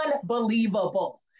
Unbelievable